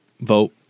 vote